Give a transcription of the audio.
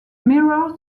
mirrors